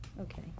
Okay